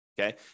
okay